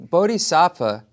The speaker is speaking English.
Bodhisattva